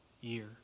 year